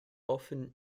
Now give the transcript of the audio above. often